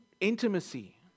intimacy